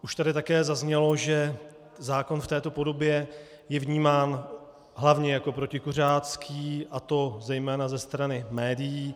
Už tady také zaznělo, že zákon v této podobě je vnímán hlavně jako protikuřácký, a to zejména ze strany médií.